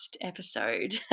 episode